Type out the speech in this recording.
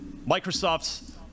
Microsoft's